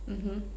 mmhmm